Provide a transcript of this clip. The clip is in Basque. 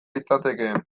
litzatekeen